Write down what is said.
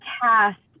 cast